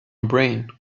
brain